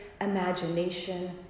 imagination